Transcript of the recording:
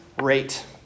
rate